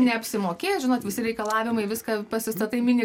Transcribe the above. neapsimokės žinot visi reikalavimai viską pasistatai mini